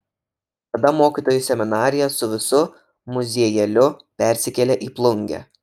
tada mokytojų seminarija su visu muziejėliu persikėlė į plungę